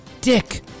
Dick